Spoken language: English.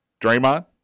Draymond